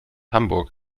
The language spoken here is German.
hamburg